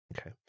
Okay